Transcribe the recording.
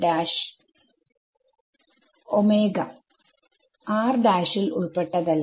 ൽ ഉൾപ്പെട്ടതല്ല